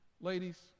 Ladies